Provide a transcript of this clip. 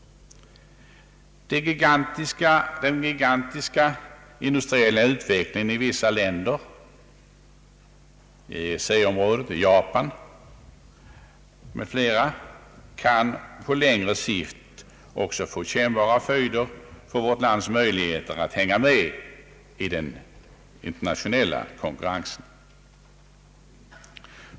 Den gigantiska industriella utvecklingen i vissa länder — EEC-området, Japan m.fl. — kan på längre sikt också få kännbara följder för vårt lands möjligheter att hänga med i den internationella konkurrensen.